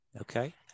okay